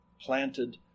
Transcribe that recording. planted